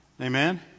Amen